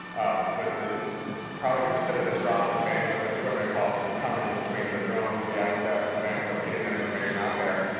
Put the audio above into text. of with this probably preceptive drop in and bandwidth and equipment cost that's coming between the drones, the access, the bandwidth, getting that information out there,